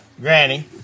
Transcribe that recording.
Granny